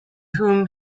whom